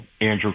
Andrew